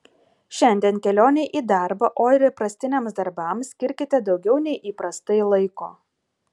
šiandien kelionei į darbą o ir įprastiniams darbams skirkite daugiau nei įprastai laiko